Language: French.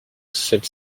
celle